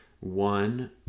One